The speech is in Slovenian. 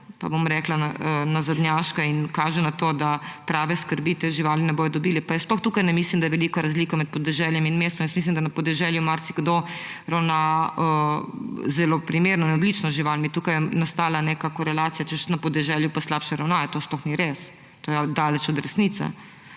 pa bom rekla, nazadnjaška in kaže na to, da prave skrbi te živali ne bodo dobile. Pa jaz sploh tukaj ne mislim, da je velika razlika med podeželjem in mestom. Jaz mislim, da na podeželju marsikdo ravna zelo primerno in odlično z živalmi. Tukaj je nastala neka korelacija, češ da na podeželju pa slabše ravnajo. To sploh ni res. To je daleč od resnice.